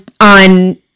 on